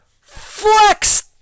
Flex